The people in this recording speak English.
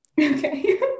Okay